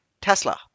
Tesla